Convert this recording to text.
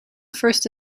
first